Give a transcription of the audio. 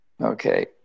Okay